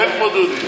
אין כמו דודי.